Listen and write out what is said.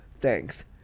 thanks